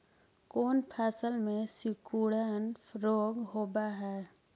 कोन फ़सल में सिकुड़न रोग होब है?